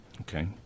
Okay